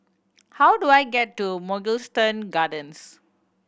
how do I get to Mugliston Gardens